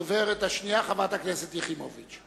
הדוברת השנייה, חברת הכנסת יחימוביץ.